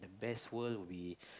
best world will be